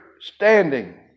standing